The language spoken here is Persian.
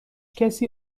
کسی